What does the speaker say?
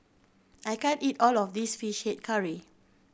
I can't eat all of this Fish Head Curry